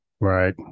Right